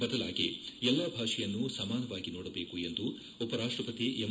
ಬದಲಾಗಿ ಎಲ್ಲಾ ಭಾಷೆಯನ್ನು ಸಮಾನವಾಗಿ ನೋಡಬೇಕು ಎಂದು ಉಪರಾಷ್ಟಪತಿ ಎಂ